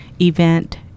event